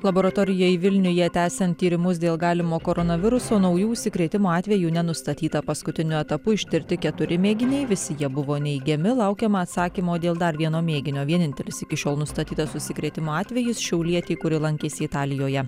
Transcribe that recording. laboratorijai vilniuje tęsiant tyrimus dėl galimo koronaviruso naujų užsikrėtimo atvejų nenustatyta paskutiniu etapu ištirti keturi mėginiai visi jie buvo neigiami laukiama atsakymo dėl dar vieno mėginio vienintelis iki šiol nustatytas užsikrėtimo atvejis šiaulietei kuri lankėsi italijoje